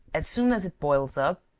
as soon as it boils up,